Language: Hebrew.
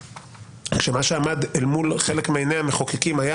כשמה שעמד אל מול חלק מעיניי המחוקקים היה